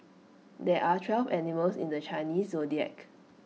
there are twelve animals in the Chinese Zodiac